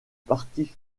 parti